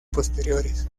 posteriores